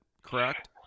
Correct